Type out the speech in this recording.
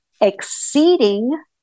exceeding